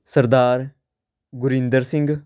Sardar Gurinder Singh